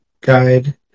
guide